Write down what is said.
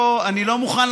אנחנו נכניס את זה כאן.